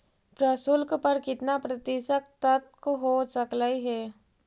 प्रशुल्क कर कितना प्रतिशत तक हो सकलई हे?